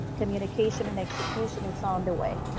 communication and execution it's on the way.